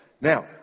Now